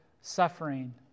suffering